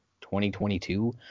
2022